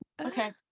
Okay